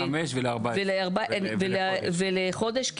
ל-74 ולחודש.